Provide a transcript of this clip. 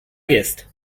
jest